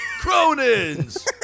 Cronin's